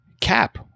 CAP